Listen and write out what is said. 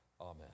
Amen